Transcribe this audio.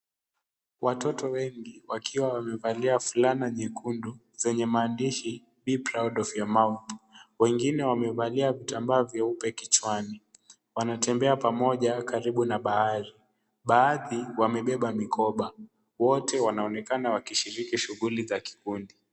Watoto wengi wakiwa wamevalia fulana nyekundu zenye maandishi Be Proud Of Mouth, wengine wamevalia vitambaa vyeupe kichwani wanatembea pamoja karibu na bahari, baadhi wamebeba mikoba wote wanaonekana wakishiriki shughuli za kikundi.